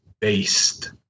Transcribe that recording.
Based